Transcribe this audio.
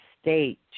state